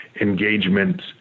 engagement